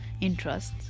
interests